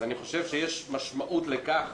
יש משמעות לכך